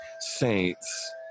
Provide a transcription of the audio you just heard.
saints